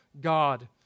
God